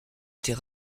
était